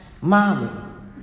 Mommy